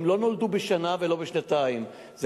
הן לא נולדו בשנה האחרונה ולא בשנתיים האחרונות,